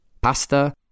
Pasta